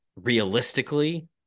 Realistically